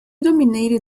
dominated